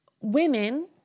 women